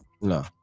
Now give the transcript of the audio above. No